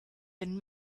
been